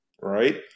right